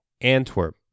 Antwerp